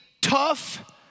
tough